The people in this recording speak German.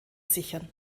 sichern